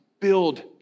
build